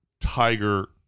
Tiger